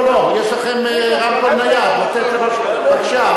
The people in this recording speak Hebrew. לא, לא, יש לכם רמקול נייד לתת לראש הממשלה.